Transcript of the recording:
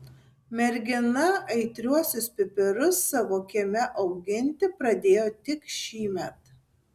mergina aitriuosius pipirus savo kieme auginti pradėjo tik šįmet